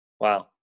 Wow